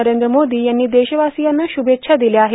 नरेंद्र मोदी यांनी देशवासियांना शूमेच्छा दिल्या आहेत